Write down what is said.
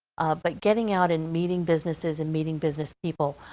but getting out and meeting businesses and meeting business people.